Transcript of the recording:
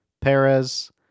Perez